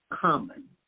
common